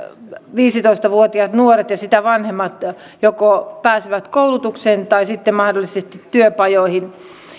viisitoista vuotiaat ja sitä vanhemmat nuoret joko pääsevät koulutukseen tai sitten mahdollisesti työpajoihin